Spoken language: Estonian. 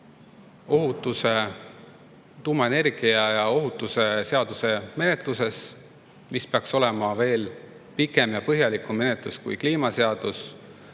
tuumaenergia ja ‑ohutuse seaduse menetluses, mis peaks olema veel pikem ja põhjalikum kui kliimaseaduse